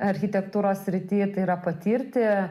architektūros srity tai yra patirti